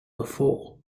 before